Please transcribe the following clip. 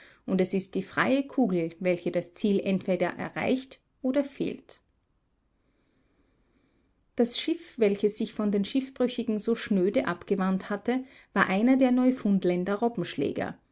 und es ist die freie kugel welche das ziel entweder erreicht oder fehlt das schiff welches sich von den schiffbrüchigen so schnöde abgewandt hatte war einer der neufundländer